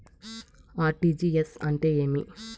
RTGS అంటే ఏమి?